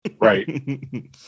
right